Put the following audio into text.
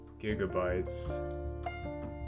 gigabytes